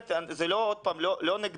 זה לא נגדך.